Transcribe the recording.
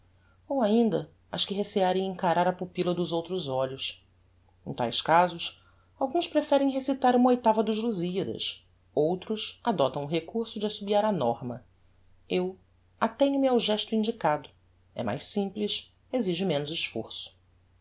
ou ainda ás que receiarem encarar a pupilla do outros olhos em taes casos alguns preferem recitar uma oitava dos lusíadas outros adoptam o recurso de assobiar a norma eu atenho me ao gesto indicado é mais simples exige menos esforço